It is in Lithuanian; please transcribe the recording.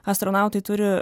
astronautai turi